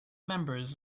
members